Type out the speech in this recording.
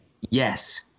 yes